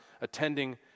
attending